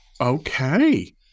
Okay